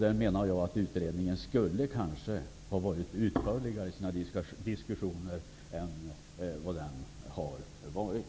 Jag menar att man i utredningen kanske skulle ha diskuterat utförligare än man har gjort.